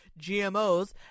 GMOs